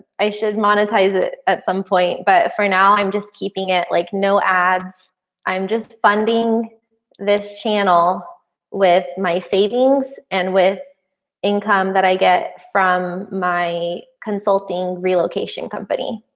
i should monetize it at some point but for now, i'm just keeping it like no ads i'm just funding this channel with my savings and with income that i get from my consulting relocation company.